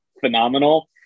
phenomenal